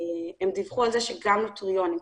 הם דיווחו על כך שגם נוטריונים,